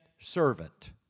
servant